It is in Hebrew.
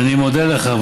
אני מודה לך.